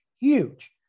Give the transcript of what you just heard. huge